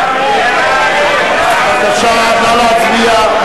בבקשה, נא להצביע.